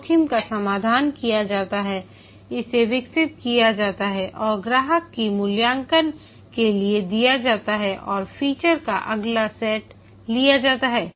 जोखिम का समाधान किया जाता है इसे विकसित किया जाता है और ग्राहकों की मूल्यांकन के लिए दिया जाता है और फीचर का अगला सेट लिया जाता है